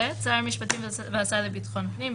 (ב)שר המשפטים והשר לביטחון הפנים,